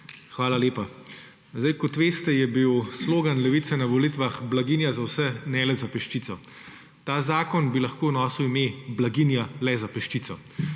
Hvala lepa. Kot veste, je bil slogan Levice na volitvah Blaginja za vse, ne le za peščico. Ta zakon bi lahko nosil ime Blaginja le za peščico.